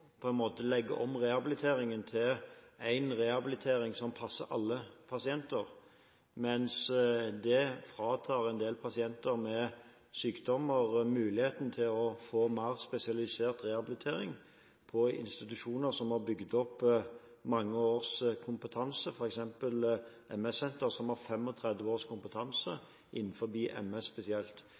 legge om rehabiliteringen til én rehabilitering som passer alle pasienter, mens det fratar en del pasienter med sykdommer muligheten til å få mer spesialisert rehabilitering på institusjoner som har bygget opp mange års kompetanse – f.eks. MS-senteret, som har 35 års kompetanse innenfor MS spesielt.